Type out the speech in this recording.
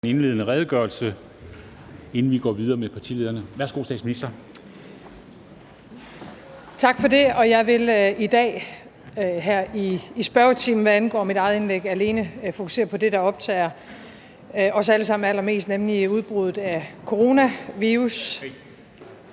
en indledende redegørelse, inden vi går videre med partilederne. Værsgo til statsministeren. Kl. 13:00 Statsministeren (Mette Frederiksen): Tak for det. Jeg vil i dag her i spørgetimen, hvad angår mit eget indlæg, alene fokusere på det, der optager os alle sammen allermest, nemlig udbruddet af coronavirus.